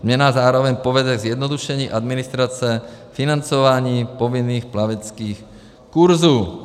Změna zároveň povede ke zjednodušení administrace financování povinných plaveckých kurzů.